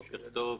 בוקר טוב.